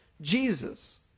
Jesus